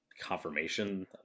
confirmation